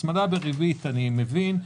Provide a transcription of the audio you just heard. הצמדה וריבית אני מבין.